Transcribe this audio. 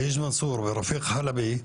בהיג' מנסור ורפיק חלבי,